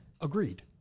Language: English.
Agreed